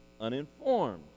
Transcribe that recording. uninformed